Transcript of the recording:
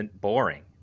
Boring